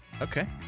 Okay